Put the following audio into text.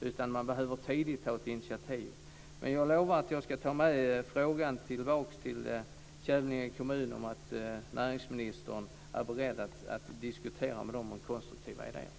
Man behöver tidigt ta initiativ. Jag lovar att jag ska ta med frågan tillbaka till Kävlinge kommun och säga att näringsministern är beredd att diskutera med kommunen om konstruktiva idéer.